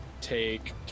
take